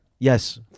Yes